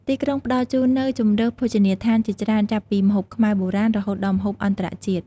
ទីក្រុងផ្ដល់ជូននូវជម្រើសភោជនីយដ្ឋានជាច្រើនចាប់ពីម្ហូបខ្មែរបុរាណ រហូតដល់ម្ហូបអន្តរជាតិ ។